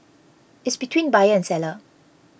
it's between buyer and seller